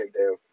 Takedown